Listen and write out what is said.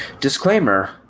Disclaimer